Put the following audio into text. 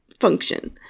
function